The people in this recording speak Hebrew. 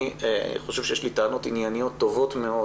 אני חושב שיש לי טענות ענייניות טובות מאוד